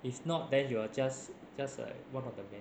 if not then you are just just one of the many